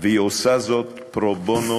מדינת ישראל בולטת בשיעור גבוה של עוני ואי-שוויון